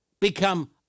become